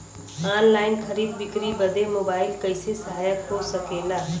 Online खरीद बिक्री बदे मोबाइल कइसे सहायक हो सकेला?